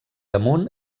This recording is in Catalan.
amunt